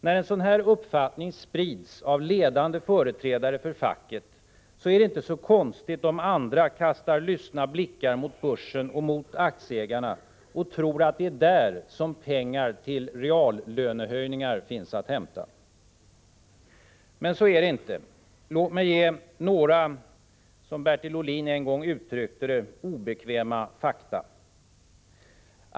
När en sådan uppfattning sprids av ledande företrädare för facket, är det inte så konstigt om andra kastar lystna blickar mot börsen och mot aktieägarna och tror att det är där pengarna till reallöneökningar finns att hämta. Men så är det inte. Låt mig ge några, som Bertil Ohlin en gång uttryckte det, ”obekväma fakta”.